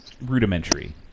rudimentary